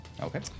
Okay